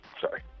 sorry